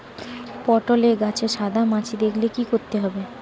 পটলে গাছে সাদা মাছি দেখালে কি করতে হবে?